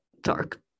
dark